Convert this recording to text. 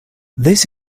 this